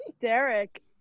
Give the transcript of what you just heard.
Derek